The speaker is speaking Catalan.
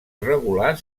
irregular